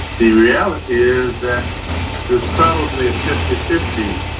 the reality is that there's probably a fifty fifty